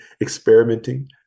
experimenting